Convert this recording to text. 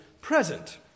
present